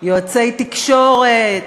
יועצי תקשורת,